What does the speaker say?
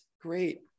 great